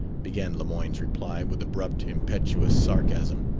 began lemoyne's reply, with abrupt, impetuous sarcasm.